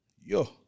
Yo